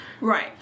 Right